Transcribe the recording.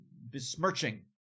besmirching